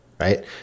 right